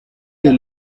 del